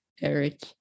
Eric